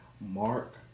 Mark